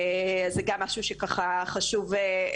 וזה גם משהו שחשוב מאוד,